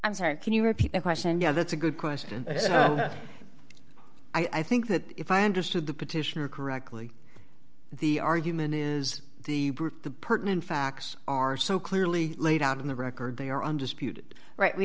sorry can you repeat the question yeah that's a good question i think that if i understood the petitioner correctly the argument is the the pertinent facts are so clearly laid out in the record they are undisputed right we